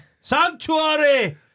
Sanctuary